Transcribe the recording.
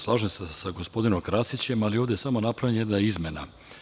Slažem se gospodinom Krasićem, ali ovde je napravljena jedna izmena.